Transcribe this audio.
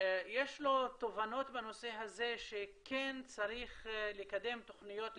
יש תובנות בנושא הזה שכן צריך לקדם תוכניות,